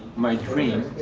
my dream.